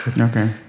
Okay